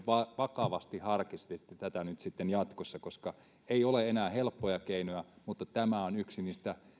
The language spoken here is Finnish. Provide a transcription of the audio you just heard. vakavasti harkitsisitte tätä nyt sitten jatkossa koska ei ole enää helppoja keinoja mutta tämä on yksi niistä